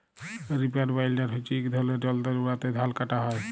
reaper binder হছে ইক ধরলের যল্তর উয়াতে ধাল কাটা হ্যয়